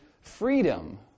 freedom